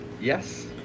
Yes